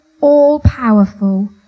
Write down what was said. all-powerful